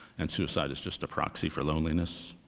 and suicide is just a proxy for loneliness.